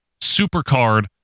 supercard